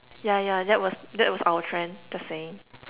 ya ya that was that was our trend just saying